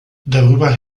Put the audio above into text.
darüber